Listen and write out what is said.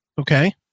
Okay